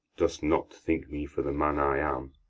dost not think me for the man i am,